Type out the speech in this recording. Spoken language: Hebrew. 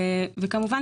כמובן,